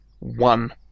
one